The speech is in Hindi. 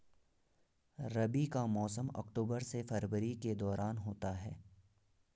रबी का मौसम अक्टूबर से फरवरी के दौरान होता है